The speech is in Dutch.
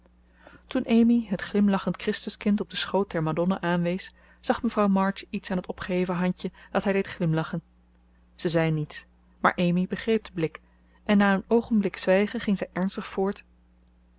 toen amy het glimlachend christuskind op den schoot der madonna aanwees zag mevrouw march iets aan het opgeheven handje dat haar deed glimlachen ze zei niets maar amy begreep den blik en na een oogenblik zwijgen ging zij ernstig voort